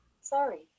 Sorry